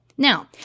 Now